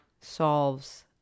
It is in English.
solves